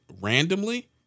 randomly